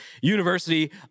University